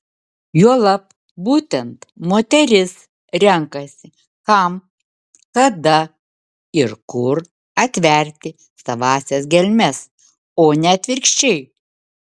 juolab būtent moteris renkasi kam kada ir kur atverti savąsias gelmes o ne atvirkščiai